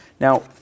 Now